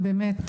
באמת,